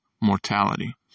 mortality